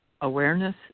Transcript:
awareness